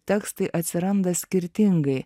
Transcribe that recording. tekstai atsiranda skirtingai